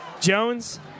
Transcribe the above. Jones